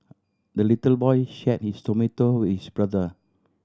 the little boy shared his tomato with his brother